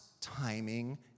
timing